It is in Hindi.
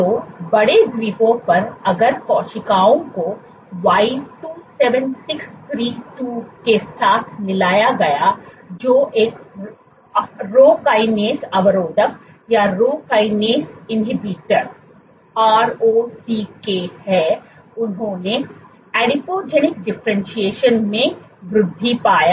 तो बड़े द्वीपों पर अगर कोशिकाओं को Y27632 के साथ मिलाया गया जो एक Rho kinase अवरोधक है उन्होंने एडिपोजेनिक डिफरेंटशिएशन में वृद्धि पाया